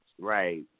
Right